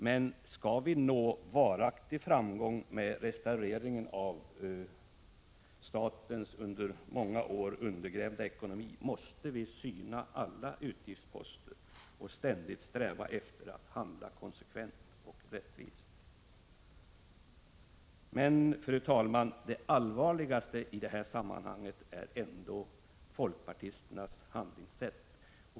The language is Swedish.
Men skall vi nå varaktig framgång med restaureringen av statens under många år undergrävda ekonomi, måste vi syna alla utgiftsposter och ständigt sträva efter att handla konsekvent och rättvist. Men, herr talman, det allvarligaste i detta sammanhang är ändå folkpartisternas handlingssätt.